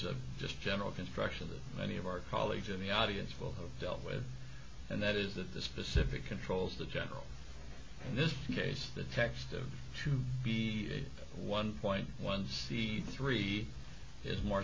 of just general construction that many of our colleagues in the audience will have dealt with and that is that the specific controls the general in this case the text of to be one point one c three is more